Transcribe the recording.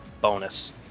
bonus